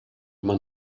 man